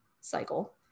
cycle